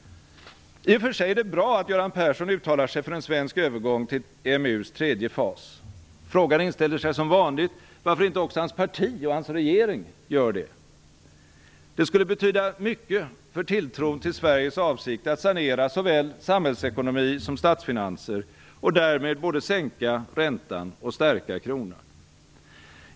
I och för sig är det bra att Göran Persson uttalar sig för en svensk övergång till EMU:s tredje fas. Frågan inställer sig som vanligt varför inte också hans parti och hans regering gör det. Det skulle betyda mycket för tilltron till Sveriges avsikt att sanera såväl samhällsekonomi som statsfinanser och därmed både sänka räntan och stärka kronan.